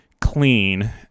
clean